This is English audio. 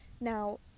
Now